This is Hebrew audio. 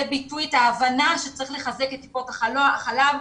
ביטוי את ההבנה שצריך לחזק את טיפות החלב,